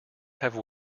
have